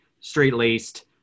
straight-laced